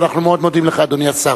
השר לא יחכה לאף אחד.